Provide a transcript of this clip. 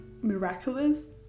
miraculous